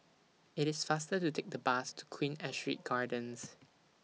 IT IS faster to Take The Bus to Queen Astrid Gardens